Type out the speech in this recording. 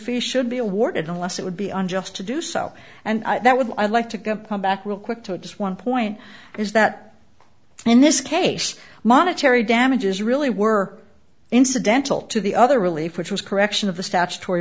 fish should be awarded unless it would be unjust to do so and that would i like to come back real quick to address one point is that in this case monetary damages really were incidental to the other relief which was correction of the statutory